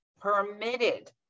permitted